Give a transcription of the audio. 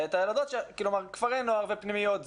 כפרי נוער ופנימיות,